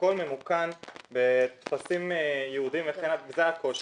הכל ממוכן בטפסים יעודים וזה הקושי.